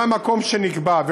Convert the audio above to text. זה המקום שנקבע.